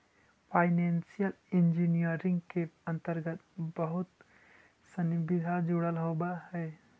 financial engineering के अंतर्गत बहुत सनि विधा जुडल होवऽ हई